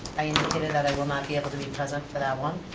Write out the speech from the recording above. i indicated that i will not be able to be present for that one.